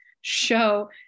show